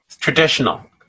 Traditional